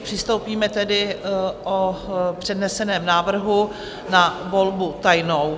Přistoupíme tedy o předneseném návrhu na volbu tajnou.